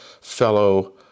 fellow